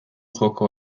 joko